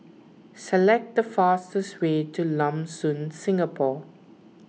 select the fastest way to Lam Soon Singapore